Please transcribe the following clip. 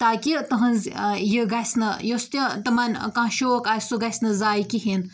تاکہِ تُہٕنٛز یہِ گژھِ نہٕ یُس تہِ تِمَن کانٛہہ شوق آسہِ سُہ گَژھِ نہٕ ضایہِ کِہیٖنٛۍ